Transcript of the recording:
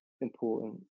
important